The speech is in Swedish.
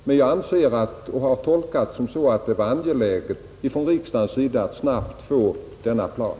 Men jag har tolkat saken så att det var angeläget för riksdagen att snabbt få denna plan.